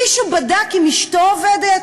מישהו בדק אם אשתו עובדת?